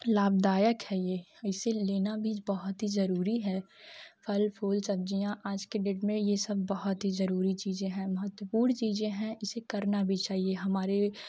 लाभदायक है यह इसे लेना भी बहुत ही ज़रूरी है फल फूल सब्ज़ियाँ आज की डेट में यह सब बहुत ही ज़रूरी चीज़ें हैं महत्वपूर्ण चीज़ें हैं इसे करना भी चाहिए हमारे